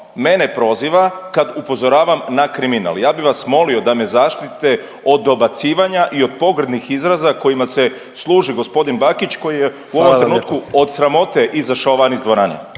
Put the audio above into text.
mene proziva kad upozoravam na kriminal. Ja bih vas molio da me zaštitite od dobacivanja i od pogrdnih izraza kojima se službi gospodin Bakić … …/Upadica predsjednik: Hvala